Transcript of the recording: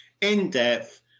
in-depth